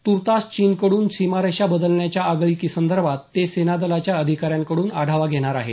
तूर्तास चीनकडून सीमारेषा बदलण्याच्या आगळीकी संदर्भात ते सेनादलाच्या अधिकाऱ्यांकडून आढावा घेणार आहेत